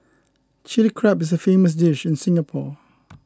Chilli Crab is a famous dish in Singapore